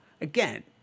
again